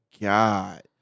god